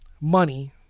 money